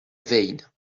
veynes